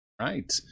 right